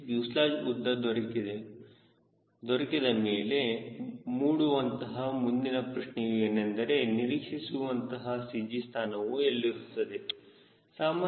ಈ ಫ್ಯೂಸೆಲಾಜ್ ಉದ್ದ ದೊರಕಿದ ಮೇಲೆ ಮೂಡುವಂತಹ ಮುಂದಿನ ಪ್ರಶ್ನೆಯೂ ಏನೆಂದರೆ ನಿರೀಕ್ಷಿಸಿರುವಂತಹ CG ಸ್ಥಾನವು ಎಲ್ಲಿರುತ್ತದೆ